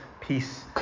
peace